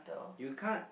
you can't